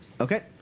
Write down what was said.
Okay